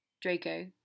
Draco